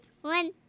one